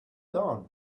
dawn